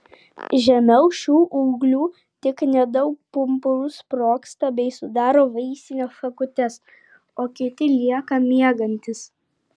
žemiau šių ūglių tik nedaug pumpurų sprogsta bei sudaro vaisines šakutes o kiti lieka miegantys